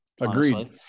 Agreed